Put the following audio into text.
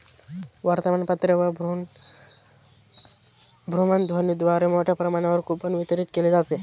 वर्तमानपत्रे व भ्रमणध्वनीद्वारे मोठ्या प्रमाणावर कूपन वितरित केले जातात